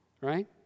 right